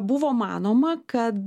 buvo manoma kad